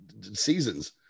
seasons